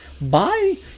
Bye